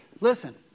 listen